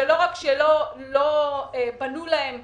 שלא רק לא בנו להם